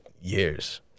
years